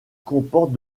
comportent